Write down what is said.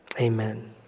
Amen